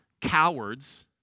cowards